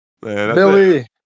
Billy